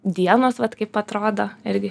dienos vat kaip atrodo irgi